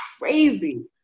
crazy